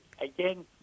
again